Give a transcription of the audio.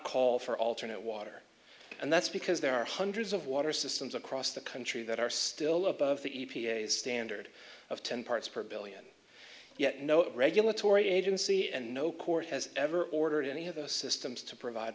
call for alternate water and that's because there are hundreds of water systems across the country that are still above the e p a standard of ten parts per billion yet no regulatory agency and no court has ever ordered any of those systems to provide